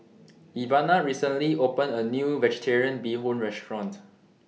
Ivana recently opened A New Vegetarian Bee Hoon Restaurant